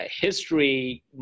history